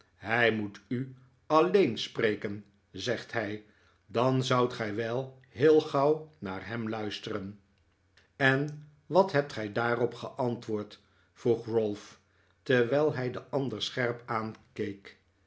hij moet u alleen spreken zegt hij dan zoudt gij wel heel gauw naar hem luisteren en wat hebt gij daarop geantwoord vroeg ralph terwijl hij den ander seherp aankeek